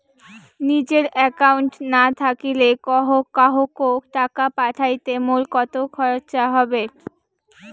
নিজের একাউন্ট না থাকিলে কাহকো টাকা পাঠাইতে মোর কতো খরচা হবে?